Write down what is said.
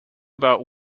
about